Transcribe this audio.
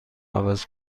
عوض